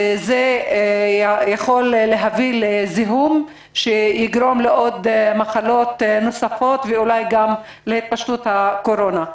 זה יכול להביא לזיהום שיגרום למחלות נוספות ואולי גם להתפשטות הקורונה.